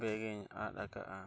ᱤᱧ ᱟᱫ ᱟᱠᱟᱜᱼᱟ